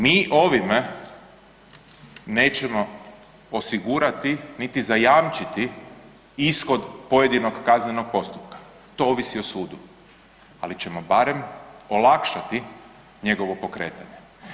Mi ovime nećemo osigurati niti zajamčiti ishod pojedinog kaznenog postupka, to ovisi o sudu, ali ćemo barem olakšati njegovo pokretanje.